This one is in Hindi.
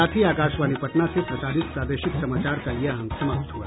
इसके साथ ही आकाशवाणी पटना से प्रसारित प्रादेशिक समाचार का ये अंक समाप्त हुआ